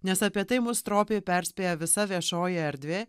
nes apie tai mus stropiai perspėja visa viešoji erdvė